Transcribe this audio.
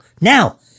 now